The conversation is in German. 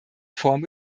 form